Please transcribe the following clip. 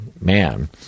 man